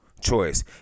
choice